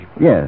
Yes